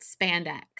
spandex